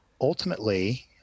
ultimately